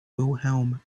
wilhelm